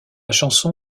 chanson